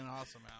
awesome